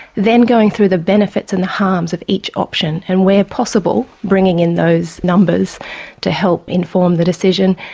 then going through the benefits and the harms of each option and, where possible, bringing in those numbers to help inform the decision.